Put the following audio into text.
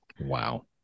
Wow